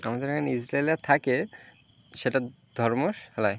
আমাদের এখানে ইজরায়েলরা থাকে সেটা ধর্মের নয়